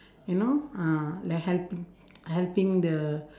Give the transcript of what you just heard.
you know ah like helping helping the